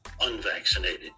unvaccinated